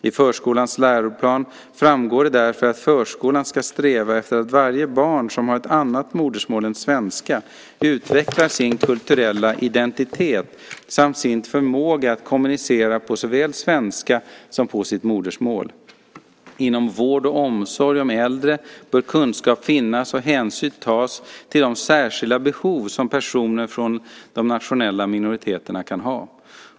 I förskolans läroplan framgår det därför att förskolan ska sträva efter att varje barn som har ett annat modersmål än svenska utvecklar sin kulturella identitet samt sin förmåga att kommunicera såväl på svenska som på sitt modersmål. Inom vård och omsorg om äldre bör kunskap finnas och hänsyn tas till de särskilda behov som personer från de nationella minoriteterna kan ha.